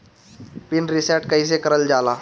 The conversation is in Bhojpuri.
पीन रीसेट कईसे करल जाला?